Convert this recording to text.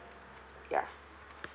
ya